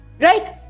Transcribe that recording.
right